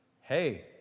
Hey